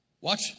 Watch